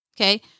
okay